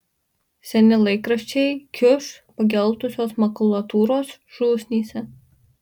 seni laikraščiai kiuš pageltusios makulatūros šūsnyse